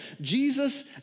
Jesus